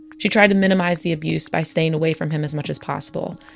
she tried to minimize the abuse by staying away from him as much as possible.